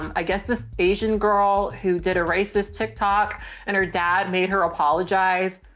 um i guess this asian girl who did a racist tiktok and her dad made her apologize.